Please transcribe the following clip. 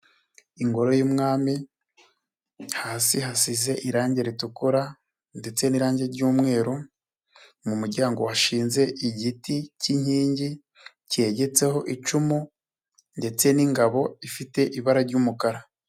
Ingoro y'umwami hasi hasize irangi ritukura ndetse n'irangi ry'umweru, mu muryango hashinze igiti k'inkingi kegetseho icumu ndetse n'ingabo ifite ibara ry'umukara.